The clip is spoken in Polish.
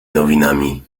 nowinami